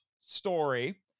story